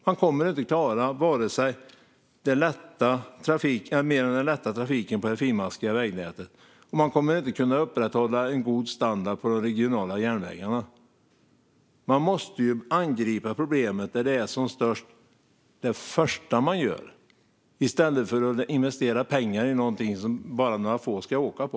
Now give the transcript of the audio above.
Man kommer inte att klara mer än den lätta trafiken på det finmaskiga vägnätet, och man kommer inte att kunna upprätthålla en god standard på de regionala järnvägarna. Det första man gör måste vara att angripa problemet där det är som störst i stället för att investera pengar i något som bara några få ska åka på.